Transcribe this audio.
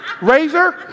Razor